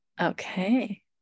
Okay